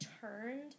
turned